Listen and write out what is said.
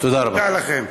תודה לכם.